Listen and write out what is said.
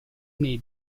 nei